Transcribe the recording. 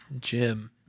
Jim